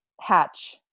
hatch